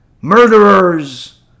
murderers